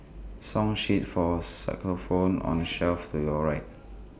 song sheets for on the shelf to your right